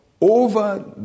over